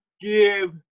give